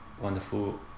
wonderful